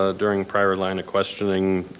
ah during prior line of questioning,